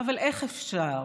אבל איך אפשר,